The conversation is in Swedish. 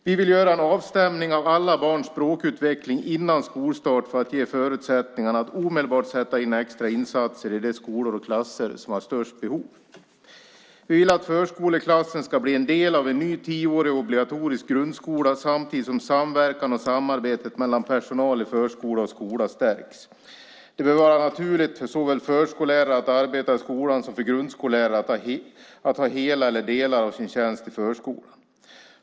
Vi vill göra en avstämning av alla barns språkutveckling före skolstart för att ge förutsättningar att omedelbart sätta in extra insatser i de skolor och klasser som har störst behov. Vi vill att förskoleklassen ska bli en del av ny tioårig obligatorisk grundskola samtidigt som samverkan och samarbetet mellan personal i förskola och skola stärks. Det bör vara naturligt för såväl förskollärare att arbeta i skolan som för grundskollärare att ha hela eller delar av sin tjänst i förskolan.